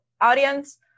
audience